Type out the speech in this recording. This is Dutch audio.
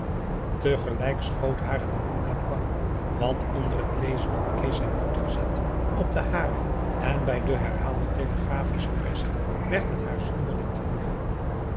tegelijk schoot haar het bloed naar de wangen want onder het lezen had kees zijn voet gezet op de hare en bij de herhaalde telegraphische pressie werd het haar zonderling te moede